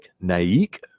Naik